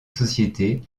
société